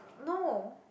no